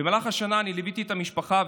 במהלך השנה אני ליוויתי את המשפחה,